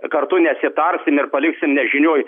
kartu nesitarsime ir paliksim nežinioj